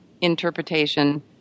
interpretation